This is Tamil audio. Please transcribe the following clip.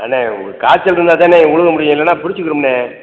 அண்ணே ஒரு காய்ச்சல் இருந்தால்தாண்ணே உழுக முடியும் இல்லைனா பிடிச்சிக்கிடும்ணே